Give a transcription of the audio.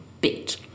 bit